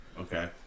okay